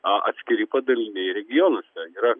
o atskiri padaliniai regionuose yra